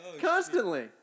constantly